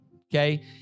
okay